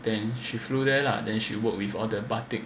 then she flew there lah then she worked with all the batik